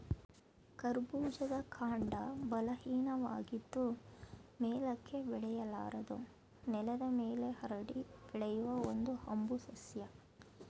ಕರ್ಬೂಜದ ಕಾಂಡ ಬಲಹೀನವಾಗಿದ್ದು ಮೇಲಕ್ಕೆ ಬೆಳೆಯಲಾರದು ನೆಲದ ಮೇಲೆ ಹರಡಿ ಬೆಳೆಯುವ ಒಂದು ಹಂಬು ಸಸ್ಯ